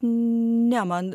ne man